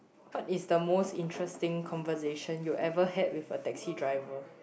what is the most interesting conversation you ever had with a taxi driver